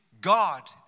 God